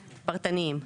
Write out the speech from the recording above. פרטניים.